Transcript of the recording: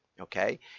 okay